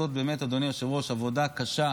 עושות עבודה קשה,